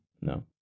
no